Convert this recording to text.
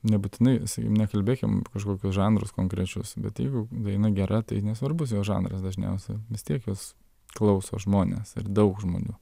nebūtinai sakykim nekalbėkim kažkokius žanrus konkrečius bet jeigu daina gera tai nesvarbus jo žanras dažniausiai vis tiek jos klauso žmonės ar daug žmonių